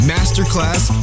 Masterclass